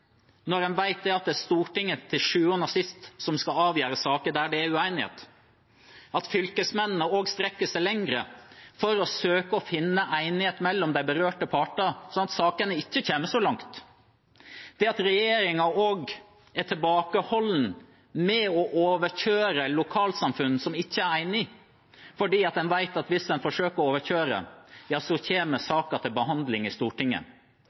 er Stortinget som til syvende og sist skal avgjøre saker der det er uenighet, at fylkesmennene også strekker seg lenger for å søke å finne enighet mellom de berørte parter, slik at sakene ikke kommer så langt, eller til at regjeringen også er tilbakeholden med å overkjøre lokalsamfunn som ikke er enig, fordi man vet at hvis man forsøker å overkjøre dem, kommer saken til behandling i Stortinget.